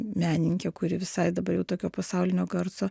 menininkę kuri visai dabar jau tokio pasaulinio garso